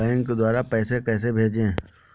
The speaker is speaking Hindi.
बैंक द्वारा पैसे कैसे भेजें?